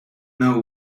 know